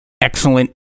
excellent